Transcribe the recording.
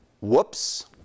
whoops